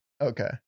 Okay